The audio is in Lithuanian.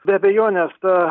be abejonės ta